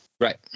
Right